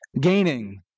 gaining